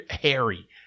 harry